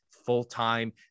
full-time